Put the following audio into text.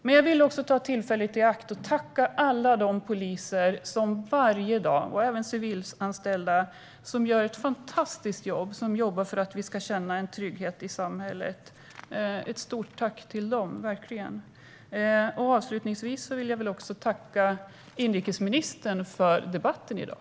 Men jag vill ta tillfället i akt att tacka alla de poliser och även civilanställda som varje dag gör ett fantastiskt jobb, som jobbar för att vi ska känna trygghet i samhället. Ett stort tack till dem! Avslutningsvis vill jag också tacka inrikesministern för debatten i dag.